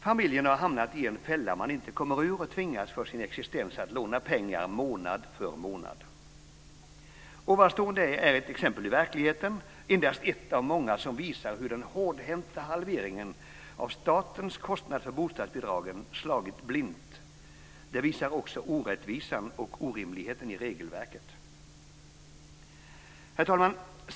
Familjen har hamnat i en fälla man inte kommer ur och tvingas för sin existens att låna pengar månad för månad. Ovanstående är ett exempel ur verkligheten, endast ett av många, som visar hur den hårdhänta halveringen av statens kostnad för bostadsbidragen slagit blint. Det visar också orättvisan och orimligheten i regelverket. Herr talman!